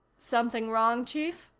something wrong, chief?